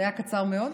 זה היה קצר מאוד.